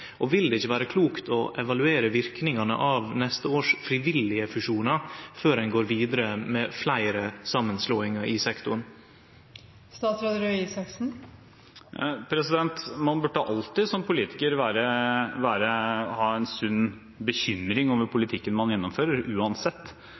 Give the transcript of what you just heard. Og vil det ikkje vere klokt å evaluere verknadene av neste års frivillige fusjonar før ein går vidare med fleire samanslåingar i sektoren? Man burde alltid som politiker ha en